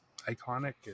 iconic